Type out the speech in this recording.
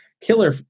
Killer